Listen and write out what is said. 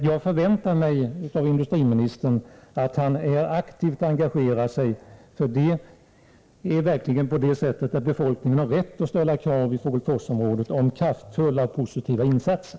Jag förväntar mig att industriministern aktivt engagerar sig. Befolkningen i Fågelforsområdet har verkligen rätt att ställa krav på kraftfulla, positiva insatser.